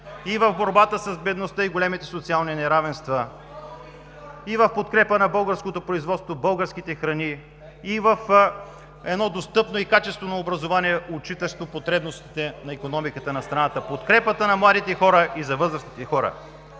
и в борбата с бедността и големите социални неравенства, и в подкрепа на българското производство на българските храни, и в едно достъпно и качествено образование, отчитащо потребностите на икономиката на страната, подкрепата на младите хора и за възрастните хора.